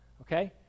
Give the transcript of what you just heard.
Okay